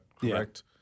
correct